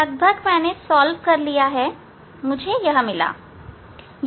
करीब करीब मैंने कर लिया है और मुझे यह मिला है